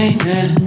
Amen